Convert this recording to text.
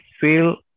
feel